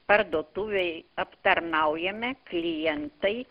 parduotuvėj aptarnaujame klientai